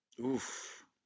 Oof